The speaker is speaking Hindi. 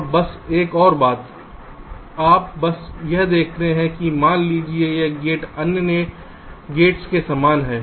और बस एक और बात आप बस यह देखते हैं कि मान लीजिए कि यह गेट अन्य गेट्स के समान है